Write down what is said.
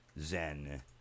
Zen